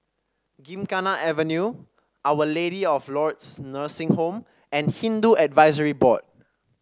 Gymkhana Avenue Our Lady of Lourdes Nursing Home and Hindu Advisory Board